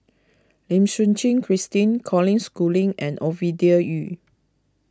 Lim Suchen Christine Colin Schooling and Ovidia Yu